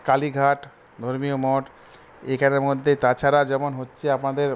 কালীঘাট ধর্মীয় মঠ এখানের মধ্যে তা ছাড়া যেমন হচ্ছে আমাদের